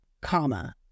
comma